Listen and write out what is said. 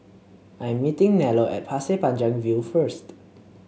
I'm meeting Nello at Pasir Panjang View first